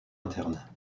interne